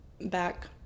back